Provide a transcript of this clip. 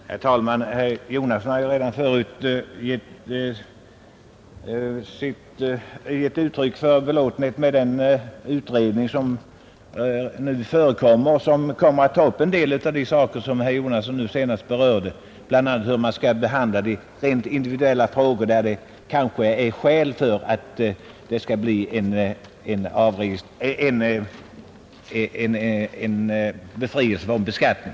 Herr talman! Herr Jonasson har ju redan förut givit uttryck för sin belåtenhet med den utredning som nu arbetar och som kommer att ta upp en del av de saker som herr Jonasson berörde i sitt senaste inlägg, bl.a. hur man skall behandla de individuella fall där det kanske finns skäl för en befrielse från skatten.